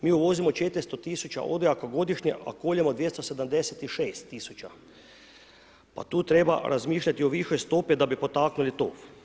Mi uvozimo 400000 odojaka godišnje, a koljemo 276000 a tu treba razmišljati o višoj stopi da bi potaknuli tof.